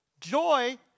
joy